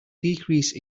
decrease